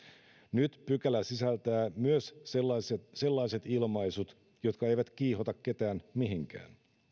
nyt pykälä sisältää myös sellaiset ilmaisut jotka eivät kiihota ketään mihinkään